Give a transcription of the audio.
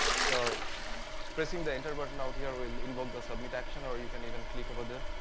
so pressing the enter button out here will invoke the submit action, or you can even click over there.